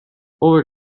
over